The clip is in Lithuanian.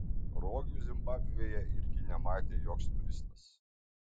rogių zimbabvėje irgi nematė joks turistas